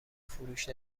فروش